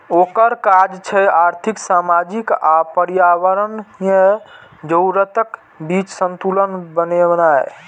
ओकर काज छै आर्थिक, सामाजिक आ पर्यावरणीय जरूरतक बीच संतुलन बनेनाय